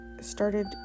started